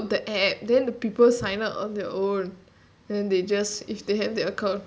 I mean you can put the app then the people sign up on their own and then they just if they have their account